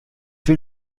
will